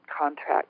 contract